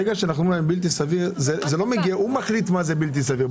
הוא מחליט מה זה בלתי סביר.